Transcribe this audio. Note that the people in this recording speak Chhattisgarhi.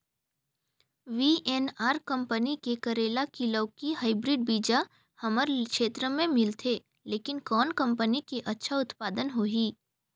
वी.एन.आर कंपनी के करेला की लौकी हाईब्रिड बीजा हमर क्षेत्र मे मिलथे, लेकिन कौन कंपनी के अच्छा उत्पादन होही?